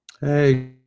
Hey